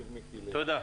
תודה.